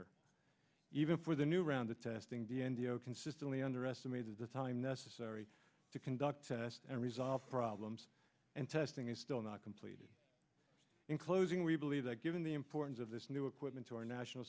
or even for the new round of testing d n d o consistently underestimated the time necessary to conduct test and resolve problems and testing is still not completed in closing we believe that given the importance of this new equipment to our national